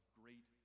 great